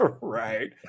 Right